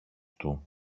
του